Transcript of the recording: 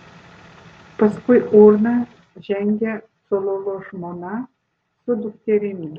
paskui urną žengė cololo žmona su dukterimi